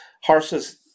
horses